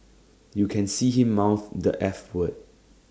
you can see him mouth the eff word